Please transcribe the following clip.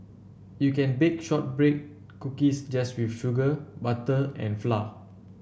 you can bake shortbread cookies just with sugar butter and flour